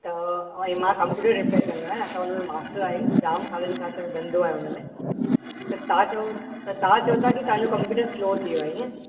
त ऐं मां कंप्यूटर रिपैर कंदो आहियां असां उन में मास्टर आहियूं जामु सालनि खां असांजो धंधो आहे उन में त तव्हां चओ त तव्हां चओ था की तव्हां जो कंप्यूटर स्लो थी वियो आहे ईअं